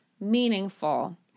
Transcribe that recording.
meaningful